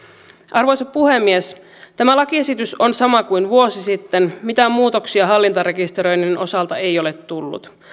arvoisa puhemies tämä lakiesitys on sama kuin vuosi sitten mitään muutoksia hallintarekisteröinnin osalta ei ole tullut